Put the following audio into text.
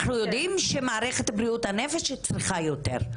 אנחנו יודעים שמערכת בריאות הנפש צריכה יותר.